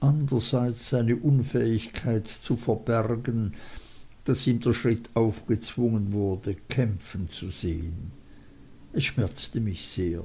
andererseits seine unfähigkeit zu verbergen daß ihm der schritt aufgezwungen wurde kämpfen zu sehen es schmerzte mich sehr